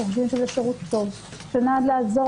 אנחנו חושבים שזה שירות טוב שנועד לעזור